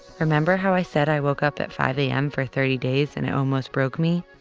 remember how i said i woke up at five a m. for thirty days and it almost broke me?